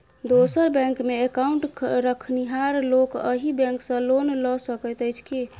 दोसर बैंकमे एकाउन्ट रखनिहार लोक अहि बैंक सँ लोन लऽ सकैत अछि की?